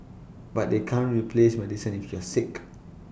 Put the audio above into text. but they can't replace medicine if you're sick